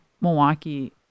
Milwaukee